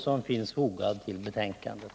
frågor misk odling 160